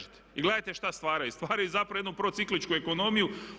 I gledajte što stvaraju, stvaraju zapravo jednu procikličku ekonomiju.